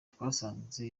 twasanze